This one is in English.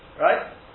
right